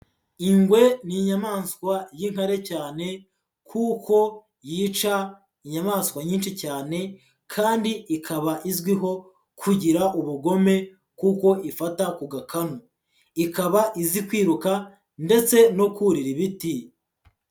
Ingwe ni inyamaswa y'inkare cyane kuko yica inyamaswa nyinshi cyane kandi ikaba izwiho kugira ubugome kuko ifata ku gakanu. Ikaba izi kwiruka ndetse no kurira ibiti.